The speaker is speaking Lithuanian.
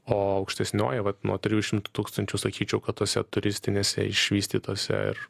o aukštesnioji vat nuo trijų šimtų tūkstančių sakyčiau kad tose turistinėse išvystytose ir